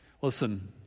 Listen